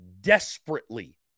desperately